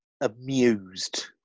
amused